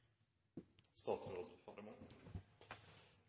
statsråd